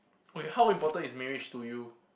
okay how important is marriage to you